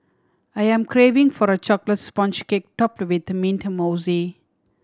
I am craving for a chocolate sponge cake topped with mint mousse